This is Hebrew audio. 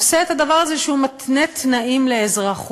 עושה את הדבר הזה, שהוא מתנה תנאים לאזרחות,